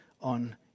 on